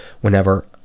whenever